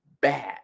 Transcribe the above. Bad